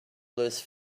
lose